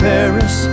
Paris